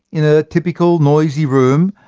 in a typical noisy room,